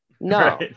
no